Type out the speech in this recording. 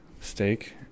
steak